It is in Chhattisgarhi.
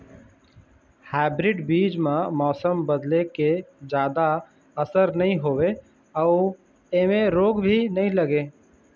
हाइब्रीड बीज म मौसम बदले के जादा असर नई होवे अऊ ऐमें रोग भी नई लगे